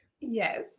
Yes